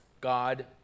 God